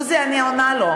עוזי, אני עונה לו,